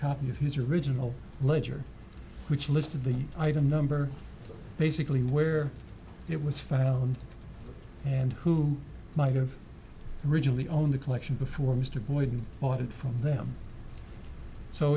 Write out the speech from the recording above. copy of his original ledger which listed the item number basically where it was found and who might have originally owned the collection before mr boyd bought it from them so